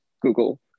Google